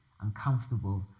uncomfortable